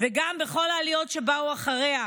וגם בכל העליות שבאו אחריה,